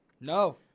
No